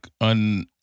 un-